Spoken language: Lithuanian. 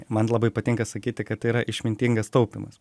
man labai patinka sakyti kad tai yra išmintingas taupymas